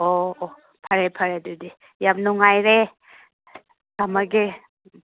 ꯑꯣ ꯑꯣ ꯐꯔꯦ ꯐꯔꯦ ꯑꯗꯨꯗꯤ ꯌꯥꯝ ꯅꯨꯡꯉꯥꯏꯔꯦ ꯊꯝꯃꯒꯦ